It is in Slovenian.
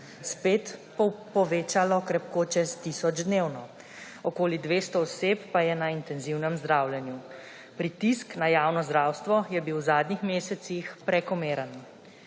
spet povečalo krepko čez tisoč dnevno, okoli 200 oseb pa je na intenzivnem zdravljenju. Pritisk na javno zdravstvo je bil v zadnjih mesecih prekomeren.